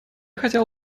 хотел